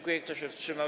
Kto się wstrzymał?